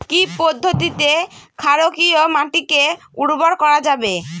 কি পদ্ধতিতে ক্ষারকীয় মাটিকে উর্বর করা যাবে?